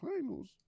finals